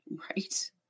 Right